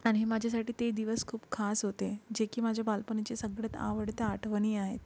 आणि माझ्यासाठी ते दिवस खूप खास होते जे की माझ्या बालपणीचे सगळ्यात आवडत्या आठवणी आहेत